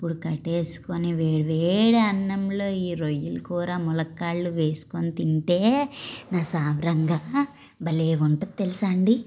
అప్పుడు కట్టేసుకుని వేడి వేడి అన్నంలో ఈ రొయ్యల కూర ముళక్కాడలు వేసుకుని తింటే నా సామిరంగా భలే ఉంటుంది తెలుసా అండి